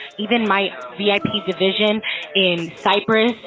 even my vip division in cyprus,